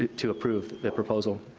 to approve the proposal.